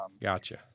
Gotcha